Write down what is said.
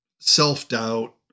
self-doubt